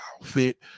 outfit